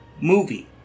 movie